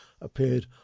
appeared